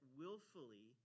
willfully